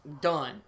done